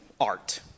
art